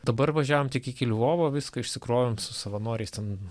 dabar važiavom tik iki lvovo viską išsikrovėm su savanoriais ten